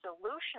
solution